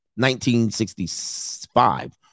1965